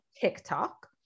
TikTok